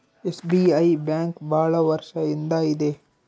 SBI bank ಭಾಳ ವರ್ಷ ಇಂದ ಇದೆ